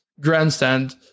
grandstand